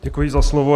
Děkuji za slovo.